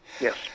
Yes